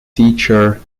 teacher